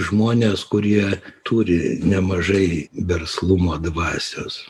žmones kurie turi nemažai verslumo dvasios